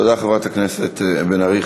תודה, חברת הכנסת בן ארי.